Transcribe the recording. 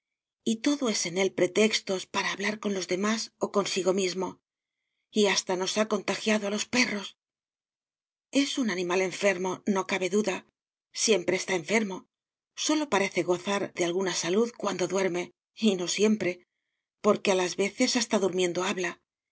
y todo es en él pretextos para hablar con los demás o consigo mismo y hasta nos ha contagiado a los perros es un animal enfermo no cabe duda siempre está enfermo sólo parece gozar de alguna salud cuando duerme y no siempre porque a las veces hasta durmiendo habla